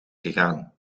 gegaan